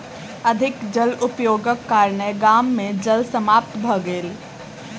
अधिक जल उपयोगक कारणेँ गाम मे जल समाप्त भ गेल